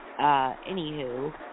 anywho